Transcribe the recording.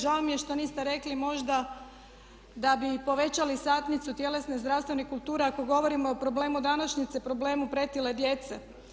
Žao mi je što niste rekli možda da bi povećali satnicu tjelesne i zdravstvene kulture ako govorimo o problemu današnjice, problemu pretile djece.